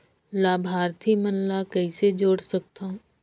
लाभार्थी मन ल कइसे जोड़ सकथव?